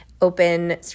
open